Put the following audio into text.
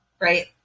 right